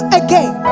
again